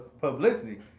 publicity